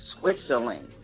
Switzerland